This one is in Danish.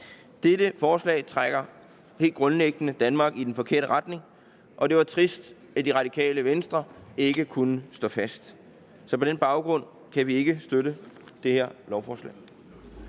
Dette forslag trækker helt grundlæggende Danmark i den forkerte retning, og det var trist, at Det Radikale Venstre ikke kunne stå fast. Så på den baggrund kan vi ikke støtte det her lovforslag.